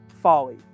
Folly